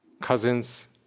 cousins